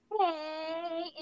Hey